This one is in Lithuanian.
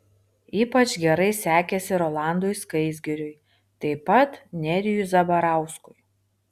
ypač gerai sekėsi rolandui skaisgiriui taip pat nerijui zabarauskui